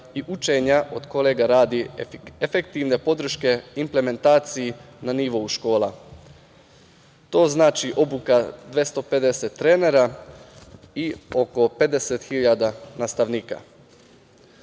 i učenja od kolega radi efektivne podrške implementaciji na nivou škola. To znači obuka 250 trenera i oko 50.000 nastavnika. Drugi